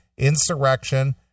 Insurrection